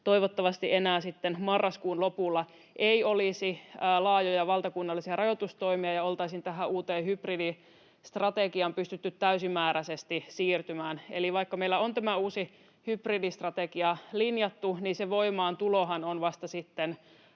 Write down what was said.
toivottavasti enää sitten marraskuun lopulla ei olisi laajoja valtakunnallisia rajoitustoimia ja oltaisiin tähän uuteen hybridistrategiaan pystytty täysimääräisesti siirtymään. Eli vaikka meillä on tämä uusi hybridistrategia linjattu, niin sen voimaantulohan on vasta sitten,